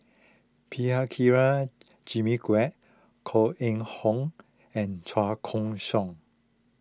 Prabhakara Jimmy Quek Koh Eng Hoon and Chua Koon Siong